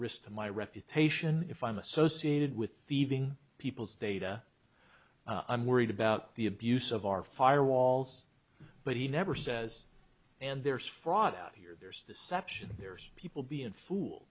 risk to my reputation if i'm associated with feeding people's data i'm worried about the abuse of our fire walls but he never says and there's fraud here there's deception there's people being fool